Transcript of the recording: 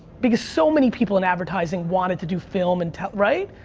because so many people in advertising wanted to do film and tele, right?